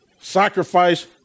Sacrifice